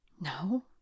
no